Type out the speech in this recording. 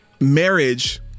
marriage